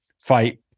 fight